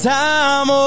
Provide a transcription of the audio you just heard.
time